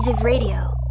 Radio